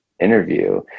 interview